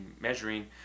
measuring